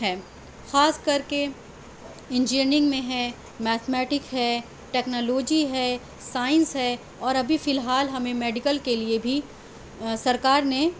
ہے خاص کر کے انجینئیرنگ میں ہے میتھمیٹک ہے ٹیکنالوجی ہے سائنس ہے اور ابھی فی الحال ہمیں میڈیکل کے لیے بھی سرکار نے